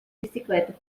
bicicleta